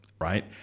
right